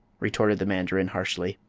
retorted the mandarin, harshly.